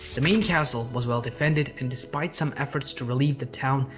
the main castle was well defended and despite some effort to relieve the town,